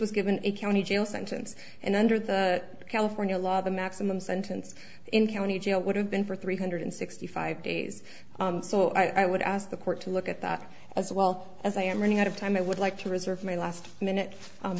was given a county jail sentence and under the california law the maximum sentence in county jail would have been for three hundred sixty five days so i would ask the court to look at that as well as i am running out of time i would like to reserve my last minute